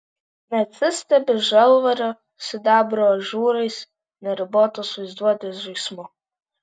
neatsistebi žalvario sidabro ažūrais neribotos vaizduotės žaismu